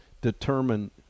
determine